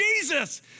Jesus